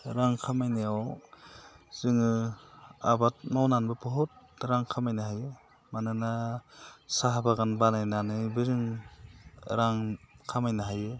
रां खामायनायाव जोङो आबाद मावनानैबो बुहद रां खामायनो हायो मानोना साहा बागान बानायनानैबो जों रां खामायनो हायो